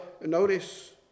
notice